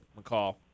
McCall